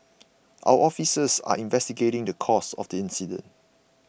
our officers are investigating the cause of the incident